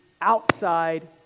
outside